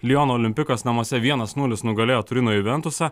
liono olimpikas namuose vienas nulis nugalėjo turino juventusą